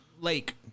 lake